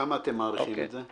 בכמה אתם מעריכים את זה?